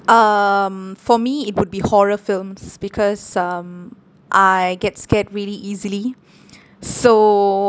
um for me it would be horror films because um I get scared really easily so